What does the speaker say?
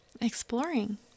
exploring